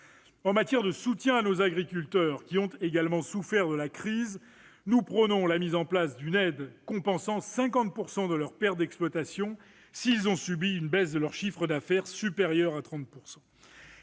En matière de soutien à nos agriculteurs, qui ont également souffert de la crise, nous prônons la mise en place d'une aide compensant 50 % de leurs pertes d'exploitation s'ils ont subi une baisse de leur chiffre d'affaires supérieure à 30 %.